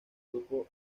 grupo